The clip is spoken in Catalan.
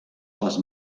les